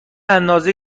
اندازه